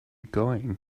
going